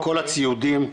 כל הציודים,